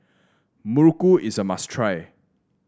muruku is a must try